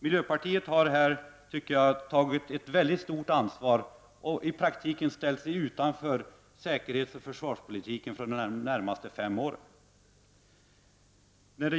Miljöpartiet har här, tycker jag, tagit på sig ett mycket stort ansvar och i praktiken ställt sig utanför säkerhetsoch försvarspolitiken för de närmaste fem åren.